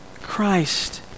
Christ